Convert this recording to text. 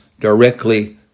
directly